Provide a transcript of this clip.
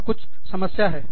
वहां कुछ समस्या है